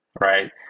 right